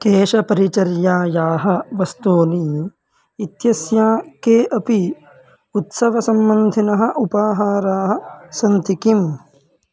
केशपरिचर्यायाः वस्तूनि इत्यस्य के अपि उत्सवसम्बन्धिनः उपाहाराः सन्ति किम्